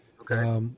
Okay